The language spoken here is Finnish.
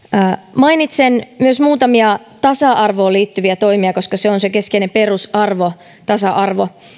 mainitsen myös muutamia tasa arvoon liittyviä toimia koska tasa arvo on se keskeinen perusarvo